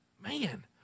Man